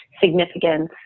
significance